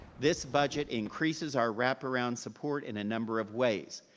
this budget increases our wraparound support in a number of ways.